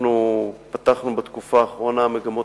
אנחנו פתחנו בתקופה האחרונה מגמות